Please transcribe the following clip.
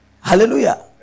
Hallelujah